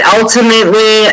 ultimately